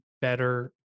better